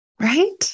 Right